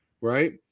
Right